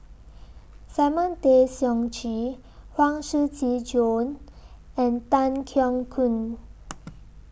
Simon Tay Seong Chee Huang Shiqi Joan and Tan Keong Choon